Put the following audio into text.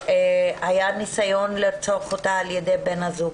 שהיה ניסיון לרצוח אותה על ידי בן הזוג